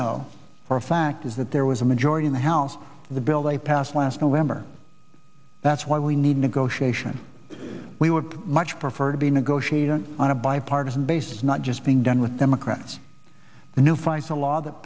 know for a fact is that there was a majority in the house the bill they passed last november that's why we need negotiation we would much prefer to be negotiating on a bipartisan basis not just being done with democrats a new face a law that